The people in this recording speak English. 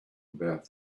about